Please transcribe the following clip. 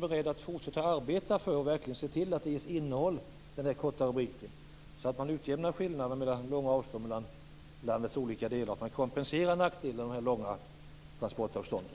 beredd att fortsätta arbeta för och verkligen se till att den korta rubriken ges innehåll, så att man utjämnar skillnader och långa avstånd mellan landets olika delar och så att man kompenserar nackdelarna med de långa transportavstånden?